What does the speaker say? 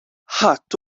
ħadd